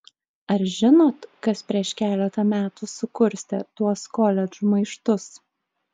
ar žinot kas prieš keletą metų sukurstė tuos koledžų maištus